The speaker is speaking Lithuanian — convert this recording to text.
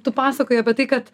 tu pasakoji apie tai kad